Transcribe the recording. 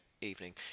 evening